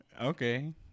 Okay